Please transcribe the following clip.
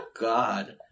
god